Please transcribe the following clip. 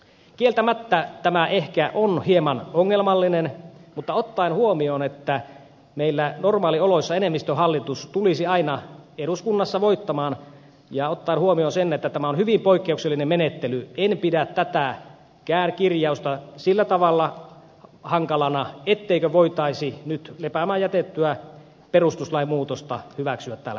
kieltämättä tämä ehkä on hieman ongelmallinen mutta ottaen huomioon että meillä normaalioloissa enemmistöhallitus tulisi aina eduskunnassa voittamaan ja ottaen huomioon sen että tämä on hyvin poikkeuksellinen menettely en pidä tätäkään kirjausta sillä tavalla hankalana etteikö voitaisi nyt lepäämään jätettyä perustuslain muutosta hyväksyä täällä eduskunnassa